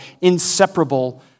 inseparable